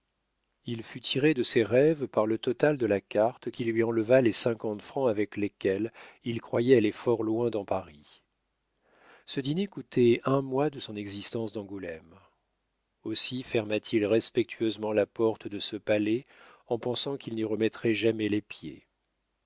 il fut tiré de ses rêves par le total de la carte qui lui enleva les cinquante francs avec lesquels il croyait aller fort loin dans paris ce dîner coûtait un mois de son existence d'angoulême aussi ferma t il respectueusement la porte de ce palais en pensant qu'il n'y remettrait jamais les pieds